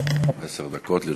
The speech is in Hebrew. עשר דקות לרשותך.